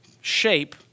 shape